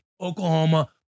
Oklahoma